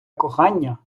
кохання